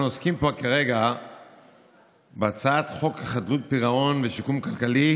אנחנו עוסקים פה כרגע בהצעת חוק חדלות פירעון ושיקום כלכלי,